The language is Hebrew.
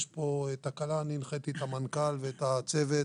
יש פה תקלה, ואני הנחיתי את המנכ"ל ואת הצוות